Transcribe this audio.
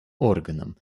органам